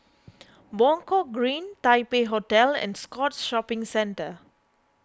Buangkok Green Taipei Hotel and Scotts Shopping Centre